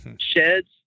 sheds